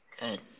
good